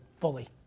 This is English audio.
fully